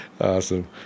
Awesome